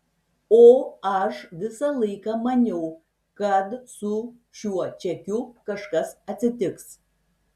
o aš visą laiką maniau kad su šiuo čekiu kažkas atsitiks